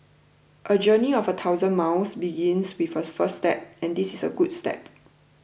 a journey of a thousand miles begins with a first step and this is a good step